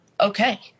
okay